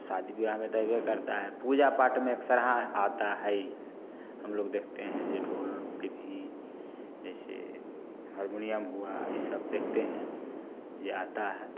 शादी विवाह में तो ऐबे करता है पूजा पाठ में आता है ये हम लोग देखते हैं जो ढोल पिपही जैसे हरमुनियम हुआ ये सब देखते हैं जो आता है